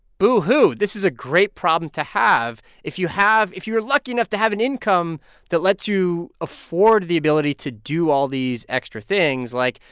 boo hoo. this is a great problem to have. if you have if you're lucky enough to have an income that lets you afford the ability to do all these extra things, like,